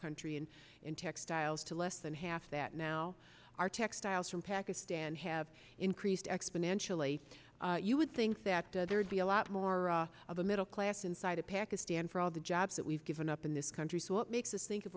country and in textiles to less than half that now are textiles from pakistan has increased exponentially you would think that there'd be a lot more of a middle class inside of pakistan for all the jobs that we've given up in this country so what makes us think